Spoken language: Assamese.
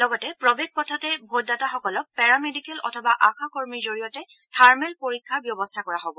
লগতে প্ৰৱেশ পথতে ভোটদাতাসকলক পেৰামেডিকেল অথবা আশাকৰ্মীৰ জৰিয়তে থাৰ্মেল পৰীক্ষাৰ ব্যৱস্থা কৰা হ'ব